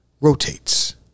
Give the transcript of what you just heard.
rotates